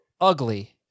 ugly